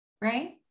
right